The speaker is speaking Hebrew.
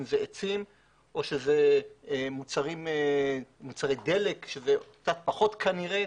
אם זה עצים או מוצרי דלק שזה קצת פחות כנראה,